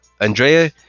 Andrea